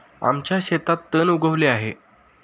आमच्या शेतात तण उगवले आहे